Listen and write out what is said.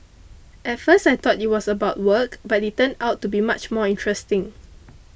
at first I thought it was about work but it turned out to be much more interesting